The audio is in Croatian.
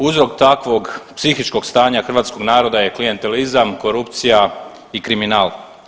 Uzrok takvog psihičkog stanja hrvatskog naroda je klijentelizam, korupcija i kriminal.